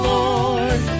Lord